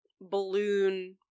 balloon